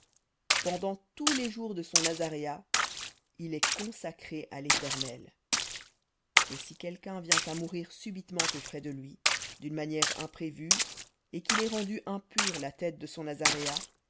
pendant tous les jours de son nazaréat il est consacré à léternel et si quelqu'un vient à mourir subitement auprès de lui d'une manière imprévue et qu'il ait rendu impure la tête de son nazaréat